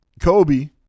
Kobe